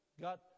got